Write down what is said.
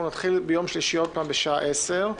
אנחנו נתחיל ביום שלישי עוד פעם בשעה 10:00,